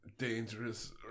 Dangerous